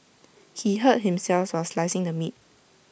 he hurt himself while slicing the meat